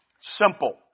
Simple